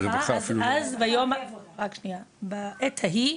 בעת ההיא,